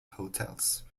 hotels